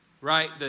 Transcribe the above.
right